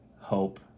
hope